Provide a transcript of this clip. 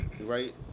Right